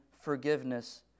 forgiveness